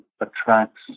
attracts